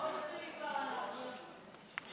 ואז הלכתי לראות מה זה